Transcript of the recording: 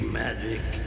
magic